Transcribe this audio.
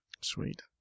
Sweet